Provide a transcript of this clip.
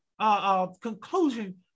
conclusion